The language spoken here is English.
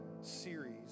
series